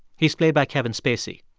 he's played by kevin spacey.